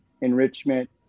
enrichment